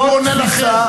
זו תפיסה,